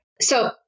So-